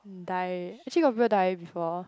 mm die actually got people die before